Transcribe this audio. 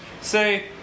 say